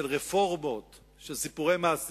של רפורמות, של סיפורי מעשיות.